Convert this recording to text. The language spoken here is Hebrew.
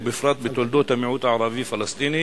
ובפרט בתולדות המיעוט הערבי-פלסטיני,